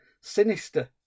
sinister